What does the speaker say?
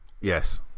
yes